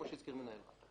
כמו שהזכיר מנהל רת"א.